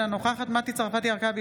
אינה נוכחת מטי צרפתי הרכבי,